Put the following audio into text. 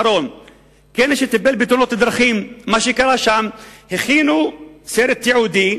שם הכינו סרט תיעודי